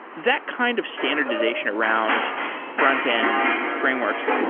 that kind of standardization around frontend frameworks,